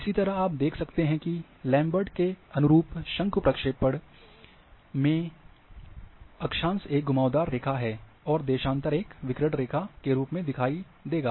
इसी तरह आप देख सकते हैं कि लैम्बर्ट के अनुरूप शंकु प्रक्षेपण में कि अक्षांश एक घुमावदार रेखा और देशांतर एक विकिरण रेखा के रूप में दिखाई देगा